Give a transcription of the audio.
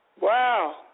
Wow